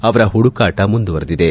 ಅವರ ಹುಡುಕಾಟ ಮುಂದುವರಿದಿದೆ